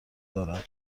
دارم